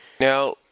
Now